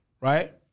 right